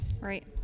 Right